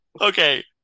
Okay